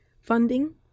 funding